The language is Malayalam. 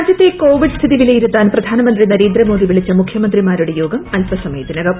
രാജ്യത്തെ കോവിഡ് സ്ഥിതി വിലയിരുത്താൻ പ്രധാനമന്ത്രി നരേന്ദ്രമോദി വിളിച്ച മുഖ്യമന്ത്രിമാരുടെ യോഗം അല്പസമയത്തിനകം